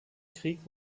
krieg